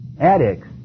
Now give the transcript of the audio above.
addicts